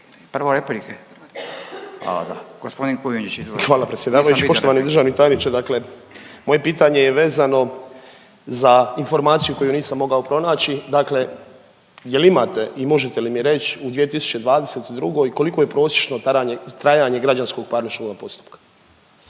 vidio. **Kujundžić, Ante (MOST)** Hvala predsjedavajući. Poštovani državni tajniče, dakle moje pitanje je vezano za informaciju koju nisam mogao pronaći. Dakle, jel imate i možete mi reći u 2022. koliko je prosječno trajanje građanskog parničnoga postupka?